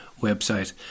website